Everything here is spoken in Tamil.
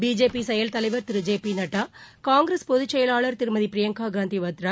பிஜேபி செயல் தலைவர் Thiru J P Nadda Congress பொதுச் செயலாளர் திருமதி பிரியங்கா காந்தி வத்ரா